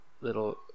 little